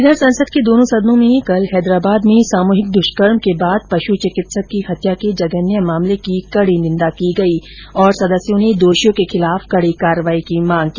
इधर संसद के दोनों सदनों में कल हैदराबाद में सामूहिक द्वष्कर्म के बाद पश् चिकित्सक की हत्या के जघन्य मामले की कड़ी निन्दा की गई और सदस्यों ने दोषियों के खिलाफ कड़ी कार्रवाई की मांग की